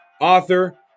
author